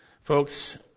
Folks